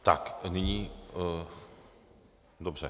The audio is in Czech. Tak nyní... dobře.